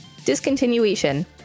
Discontinuation